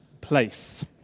place